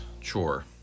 chore